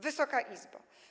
Wysoka Izbo!